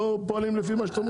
אתם לא פועלים לפי מה שאתם אומרים?